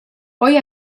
poi